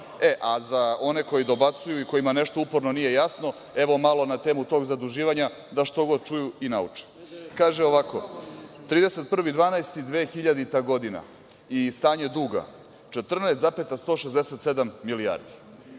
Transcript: a za one koji dobacuju i kojima nešto uporno nije jasno evo malo na temu tog zaduživanja da što god čuju i nauče. Kaže ovako – 31.12.2000. godina i stanje duga 14,167 milijardi,